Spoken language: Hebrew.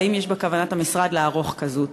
האם יש בכוונת המשרד לערוך עבודה כזו?